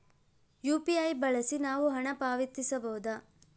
UPI ಬಳಸಿ ನಾವು ಹಣ ಪಾವತಿಸಬಹುದಾ?